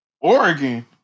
Oregon